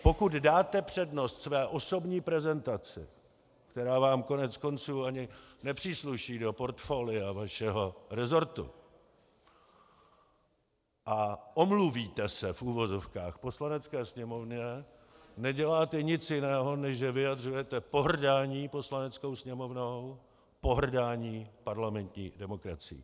Pokud dáte přednost své osobní prezentaci, která vám koneckonců ani nepřísluší do portfolia vašeho rezortu, a omluvíte se, v uvozovkách, Poslanecké sněmovně, neděláte nic jiného, než že vyjadřujte pohrdání Poslaneckou sněmovnou, pohrdání parlamentní demokracií.